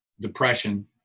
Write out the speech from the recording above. depression